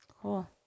Cool